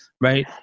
right